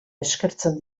eskertzen